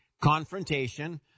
Confrontation